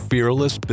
Fearless